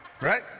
right